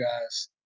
guys